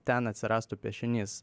ten atsirastų piešinys